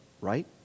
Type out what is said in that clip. right